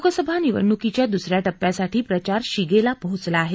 लोकसभा निवडणुकीच्या दुस या टप्प्यासाठी प्रचार शिगेला पोहोचला आहे